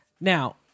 Now